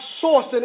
source